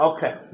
Okay